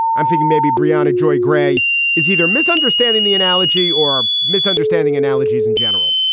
i'm thinking maybe, brianna, joy gray is either misunderstanding the analogy or misunderstanding analogies in general.